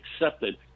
accepted